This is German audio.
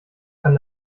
kann